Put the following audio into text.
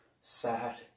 sad